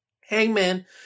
Hangman